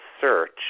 search